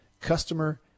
customer